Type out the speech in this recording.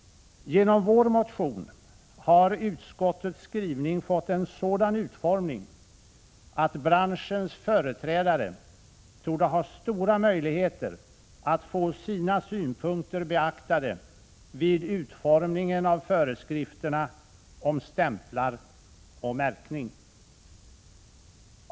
Genom vår motion har utskottets skrivning fått en sådan utformning att 27 november 1986 branschens företrädare torde ha stora möjligheter att få sina synpunkter beaktade vid utformningen av föreskrifterna om stämplar och märkning.